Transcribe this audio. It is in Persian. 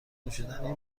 نوشیدنی